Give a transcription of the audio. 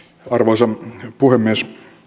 arvoisa puhemies